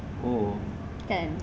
oo